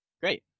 Great